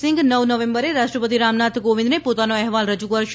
સિંઘ નવ નવેમ્બરે રાષ્ટ્રપતિ રામનાથ કોવિંદને પોતાનો અહેવાલ રજૂ કરશે